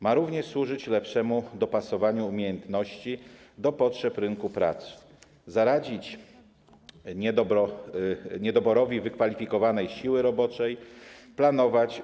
Ma również służyć lepszemu dopasowaniu umiejętności do potrzeb rynku pracy, zaradzić niedoborowi wykwalifikowanej siły roboczej, planować,